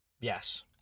Yes